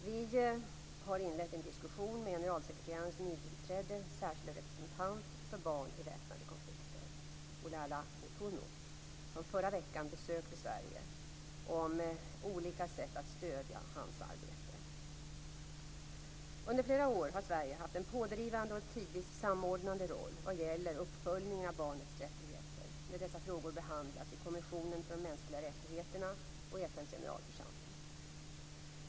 Vi har inlett en diskussion med generalsekreterarens nytillträdde särskilde representant för barn i väpnade konflikter, Olara Otunnu, som förra veckan besökte Sverige, om olika sätt att stödja hans arbete. Under flera år har Sverige haft en pådrivande och tidvis samordnande roll vad gäller uppföljningen av barnets rättigheter när dessa frågor behandlats i kommissionen för de mänskliga rättigheterna och i FN:s generalförsamling.